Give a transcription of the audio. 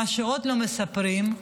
מה שעוד לא מספרים,